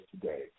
today